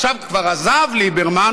עכשיו כבר עזב ליברמן,